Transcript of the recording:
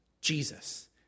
Jesus